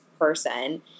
person